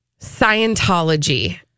Scientology